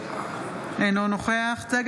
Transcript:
אינו נוכח צגה